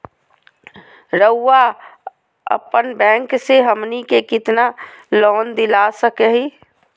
रउरा अपन बैंक से हमनी के कितना लोन दिला सकही?